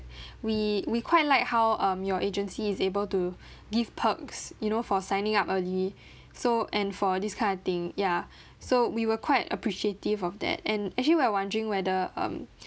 we we quite like how um your agency is able to give perks you know for signing up early so and for this kind of thing ya so we were quite appreciative of that and actually we're wondering whether um